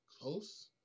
close